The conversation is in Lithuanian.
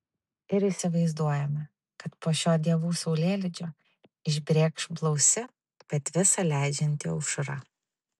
ir įsivaizduojame kad po šio dievų saulėlydžio išbrėkš blausi bet visa leidžianti aušra